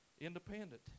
independent